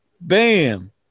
Bam